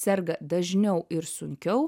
serga dažniau ir sunkiau